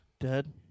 Dead